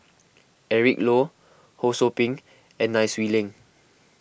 Eric Low Ho Sou Ping and Nai Swee Leng